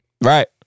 Right